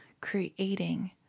creating